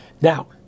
Now